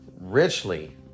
richly